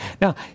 Now